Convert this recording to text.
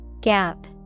Gap